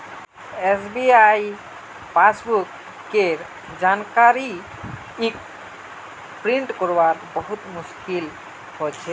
SBI passbook केर जानकारी क प्रिंट करवात बहुत मुस्कील हो छे